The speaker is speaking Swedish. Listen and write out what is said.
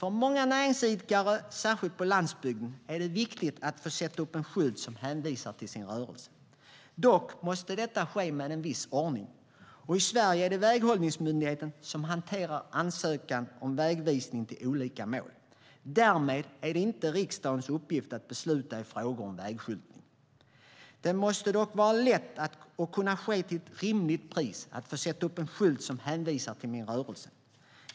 För många näringsidkare särskilt på landsbygden är det viktigt att få sätta upp en skylt som hänvisar till deras rörelse. Dock måste detta ske med viss ordning. I Sverige är det Väghållningsmyndigheten som hanterar ansökan om vägvisning till olika mål. Därmed är det inte riksdagens uppgift att besluta i frågor om vägskyltning. Det måste dock vara lätt att få sätta upp en skylt som hänvisar till ens rörelse, och det måste kunna ske till ett rimligt pris.